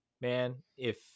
man—if